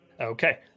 Okay